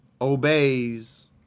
obeys